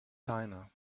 tina